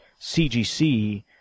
CGC